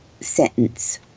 sentence